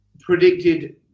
predicted